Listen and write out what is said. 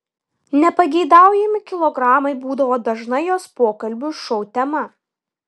nepageidaujami kilogramai būdavo dažna jos pokalbių šou tema